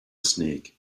snake